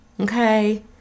Okay